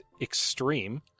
extreme